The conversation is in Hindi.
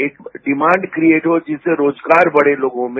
एक डिमांड क्रिएट हो जिससे रोजगार बढ़े लोगों में